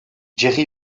jerry